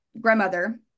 grandmother